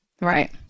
Right